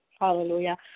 Hallelujah